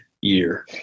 year